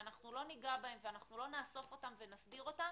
אנחנו לא ניגע בהם ולא נאסוף אותם ונסדיר אותם,